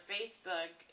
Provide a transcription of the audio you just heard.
Facebook